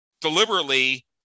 deliberately